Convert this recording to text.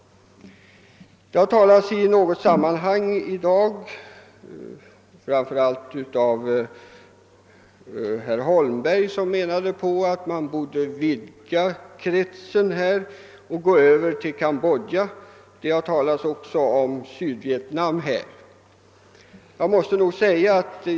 Det har i något sammanhang i dag, framför allt av herr Holmberg, sagts att man borde vidga kretsen och ta med Kambodja i hjälpen, och även Sydvietnam har nämnts.